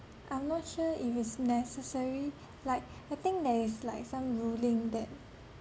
I'm not sure if it's necessary like I think there is like some ruling that